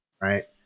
right